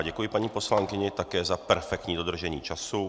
Děkuji paní poslankyni také za perfektní dodržení času.